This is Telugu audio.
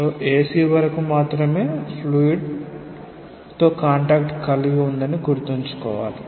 సొ మీరు AC వరకు మాత్రమే ఫ్లూయిడ్ తో కాంటాక్ట్ కలిగి ఉన్నారని గుర్తుంచుకోవాలి